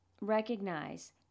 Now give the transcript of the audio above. recognize